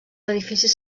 edificis